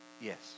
Yes